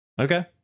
Okay